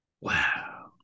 Wow